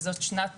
וזאת שנה